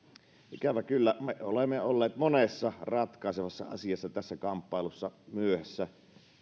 ikävä kyllä me olemme olleet monessa ratkaisevassa asiassa myöhässä tässä kamppailussa